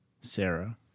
Sarah